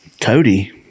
Cody